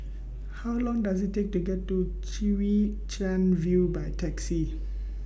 How Long Does IT Take to get to Chwee Chian View By Taxi